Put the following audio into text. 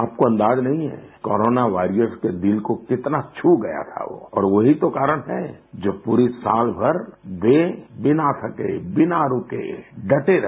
आपको अंदाजा नहीं है कोरोना वारियर्स के दिल को कितना छू गया था वो और वो ही तो कारण है जो पूरी साल भर वे बिना थके बिना रुके डटे रहे